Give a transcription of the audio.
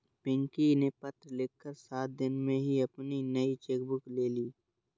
पिंकी ने पत्र लिखकर सात दिन में ही अपनी नयी चेक बुक ले ली